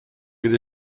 geht